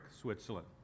Switzerland